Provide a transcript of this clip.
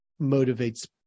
motivates